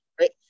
right